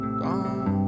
gone